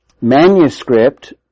manuscript